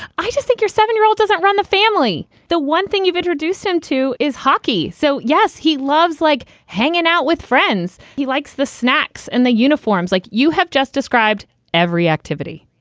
i just think your seven year old doesn't run the family. the one thing you've introduced him to is hockey. so, yes, he loves like hanging out with friends he likes the snacks and the uniforms, like you have just described every activity.